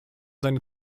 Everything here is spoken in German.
seine